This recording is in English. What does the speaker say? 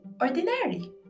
ordinary